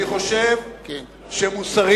אני חושב שמוסרית,